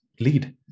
lead